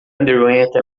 underwent